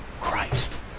Christ